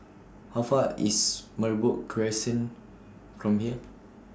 How Far IS Merbok Crescent from here